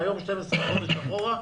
מהיום 12 חודשים אחורה,